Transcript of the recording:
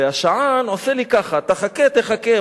והשען עושה לי ככה: תחכה, תחכה.